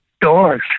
doors